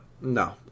No